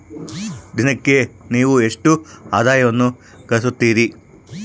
ದಿನಕ್ಕೆ ನೇವು ಎಷ್ಟು ಆದಾಯವನ್ನು ಗಳಿಸುತ್ತೇರಿ?